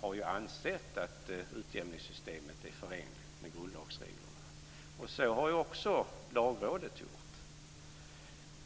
har ansett att utjämningssystemet är förenligt med grundlagsreglerna. Det har också Lagrådet gjort.